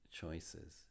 choices